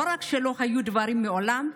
לא רק שלא היו דברים מעולם,